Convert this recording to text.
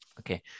Okay